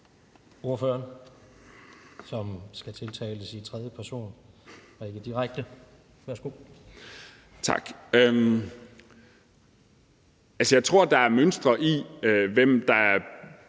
Jeg tror, der er mønstre i, hvem der